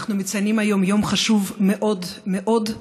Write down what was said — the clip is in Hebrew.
אנחנו מציינים היום יום חשוב מאוד מאוד,